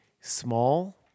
small